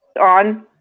on